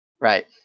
right